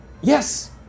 Yes